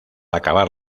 acabar